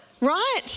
right